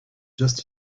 just